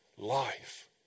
Life